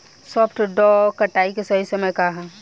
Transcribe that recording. सॉफ्ट डॉ कटाई के सही समय का ह?